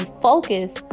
focus